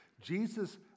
Jesus